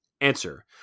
Answer